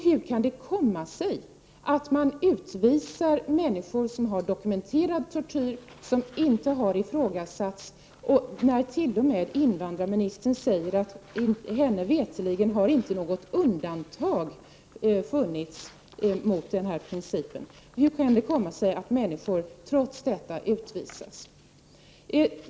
Hur kan det komma sig att människor utvisas som har dokumenterade och inte ifrågasatta tortyrskador, när t.o.m. invandrarministern säger att henne veterligen något undantag inte har gjorts mot denna princip? Hur kan det komma sig att människor trots detta utvisas?